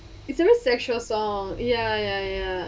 is that a sexual song ya ya ya